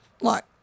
Look